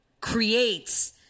creates